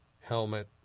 helmet